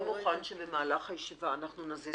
אדוני מוכן שבמהלך הישיבה נתחיל להזיז בשקט את הארגזים?